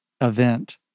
event